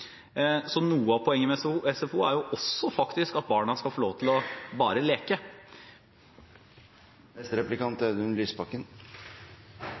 Noe av poenget med SFO er faktisk også at barna skal få lov til bare å leke.